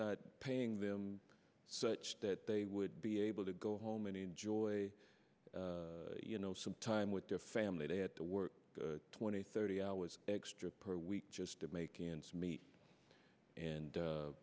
not paying them so much that they would be able to go home and enjoy you know some time with their family they had to work twenty thirty hours extra per week just to make ends meet and